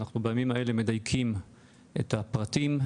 אנחנו בימים האלה מדייקים את הפרטים,